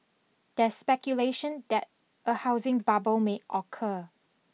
there's speculation that a housing bubble may occur